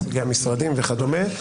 נציגי המשרדים וכדומה.